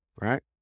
right